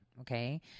Okay